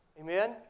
Amen